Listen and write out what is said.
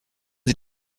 sie